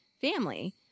family